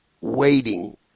waiting